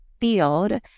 field